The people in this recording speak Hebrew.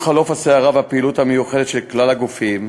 עם חלוף הסערה והפעילות המיוחדת של כלל הגופים,